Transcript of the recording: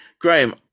Graham